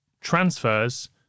transfers